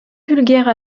vulgaire